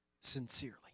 sincerely